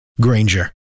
Granger